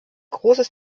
großes